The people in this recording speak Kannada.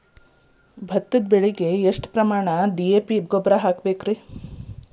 ಭತ್ತದ ಬೆಳಿಗೆ ಎಷ್ಟ ಪ್ರಮಾಣದಾಗ ಡಿ.ಎ.ಪಿ ಗೊಬ್ಬರ ಹಾಕ್ಬೇಕ?